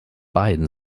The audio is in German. beiden